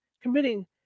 committing